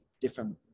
different